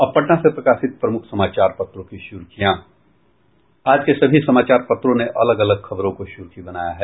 अब पटना से प्रकाशित प्रमुख समाचार पत्रों की सुर्खियां आज के सभी समाचार पत्रों ने अलग अलग खबरों को सूर्खी बनाया है